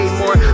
more